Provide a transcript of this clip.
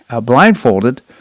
blindfolded